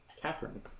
Catherine